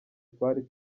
twari